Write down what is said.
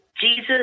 Jesus